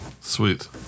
Sweet